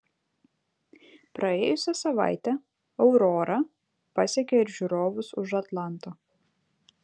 praėjusią savaitę aurora pasiekė ir žiūrovus už atlanto